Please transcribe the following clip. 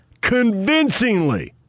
Convincingly